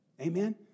Amen